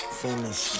famous